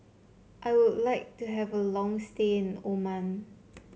I would like to have a long stay in Oman